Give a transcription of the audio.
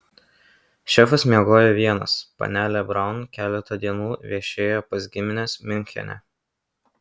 šefas miegojo vienas panelė braun keletą dienų viešėjo pas gimines miunchene